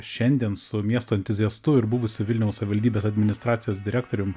šiandien su miesto entuziastu ir buvusio vilniaus savivaldybės administracijos direktoriumi